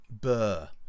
Burr